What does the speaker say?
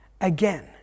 again